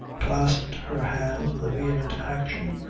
clasped her hands with a vehement action,